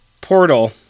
portal